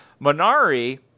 Minari